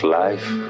life